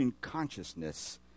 consciousness